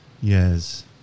Yes